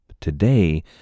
Today